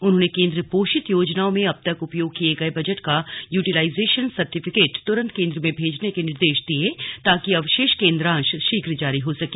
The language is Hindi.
उन्होंने केन्द्र पोषित योजनाओं में अब तक उपयोग किये गये बजट का यूटिलाइजेशन सर्टिफिकेट तुरंत केन्द्र में भेजने के निर्देश दिये ताकि अवशेष केन्द्रांश शीघ्र जारी हो सके